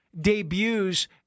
debuts